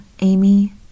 Amy